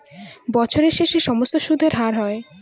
বছরের শেষে সমস্ত সুদের হার হয়